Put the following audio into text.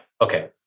Okay